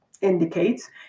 indicates